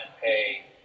pay